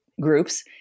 groups